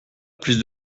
plus